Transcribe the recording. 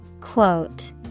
Quote